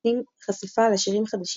נותנים חשיפה לשירים חדשים,